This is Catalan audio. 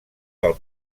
del